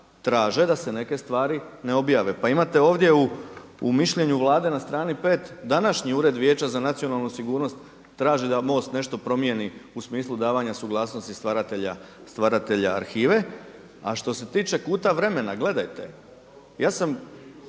traže da se neke stvari ne objave. Pa imate ovdje u mišljenju Vlade na strani pet današnji Ured vijeća za nacionalnu sigurnost traži da MOST nešto promijeni u smislu davanja suglasnosti stvaratelja arhive. A što se tiče kuta vremena, gledajte ja sam